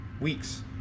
weeks